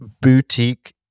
boutique